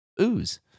ooze